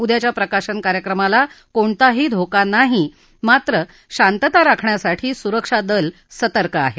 उद्याच्या प्रकाशन कार्यक्रमाला कोणताही धोका नाही मात्र शांतता राखण्यासाठी सुरक्षा दल सतर्क आहे